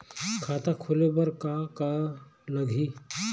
खाता खोले बर का का लगही?